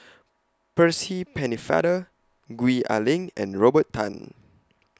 Percy Pennefather Gwee Ah Leng and Robert Tan